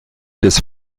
des